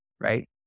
right